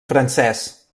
francès